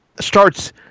starts